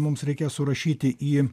mums reikės surašyti į